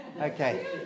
Okay